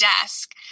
desk